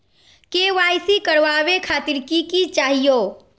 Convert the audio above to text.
KYC करवावे खातीर कि कि चाहियो?